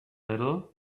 little